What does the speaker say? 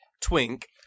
Twink